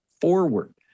forward